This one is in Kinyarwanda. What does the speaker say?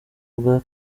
bwa